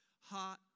hot